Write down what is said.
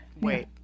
Wait